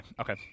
okay